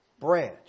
Branch